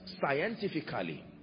scientifically